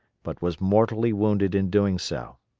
but was mortally wounded in doing so.